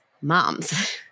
moms